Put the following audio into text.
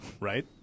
Right